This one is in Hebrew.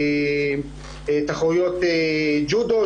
תחרויות ג'ודו,